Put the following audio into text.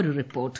ഒരു റിപ്പോർട്ട്